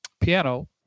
piano